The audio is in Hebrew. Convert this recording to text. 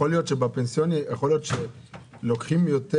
יכול להיות שבפנסיוני לוקחים יותר?